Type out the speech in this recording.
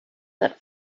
but